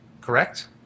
correct